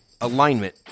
alignment